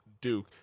Duke